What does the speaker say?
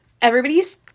everybody's